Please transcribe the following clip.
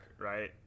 right